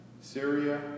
Syria